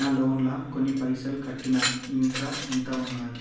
నా లోన్ లా కొన్ని పైసల్ కట్టిన ఇంకా ఎంత ఉన్నాయి?